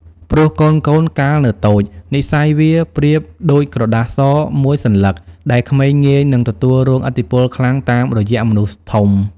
ព្រោះកូនៗកាលនៅតូច និស្ស័យវាប្រៀបដូចក្រដាស ស មួយសន្លឹក ដែលក្មេងងាយនិងទទួលរងឥទ្ធិពលខ្លាំងតាមរយះមនុស្សធំ។